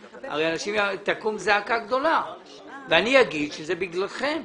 הרי תקום זעקה גדולה ואני אומר שזה בגללכם.